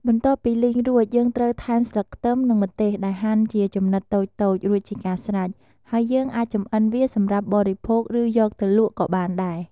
បន្ទាប់ពីលីងរួច យើងត្រូវថែមស្លឹកខ្ទឹម និងម្ទេសដែលហាន់ជាចំណិតតូចៗរួចជាការស្រេច ហើយយើងអាចចម្អិនវាសម្រាប់បរិភោគ ឬយកទៅលក់ក៏បានដែរ។